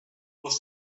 was